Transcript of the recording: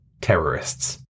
terrorists